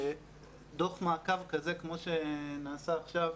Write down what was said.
שדוח מעקב כזה כמו שנעשה עכשיו,